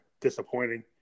disappointing